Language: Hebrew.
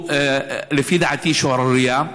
לפי דעתי, זאת שערורייה.